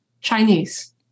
Chinese